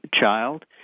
child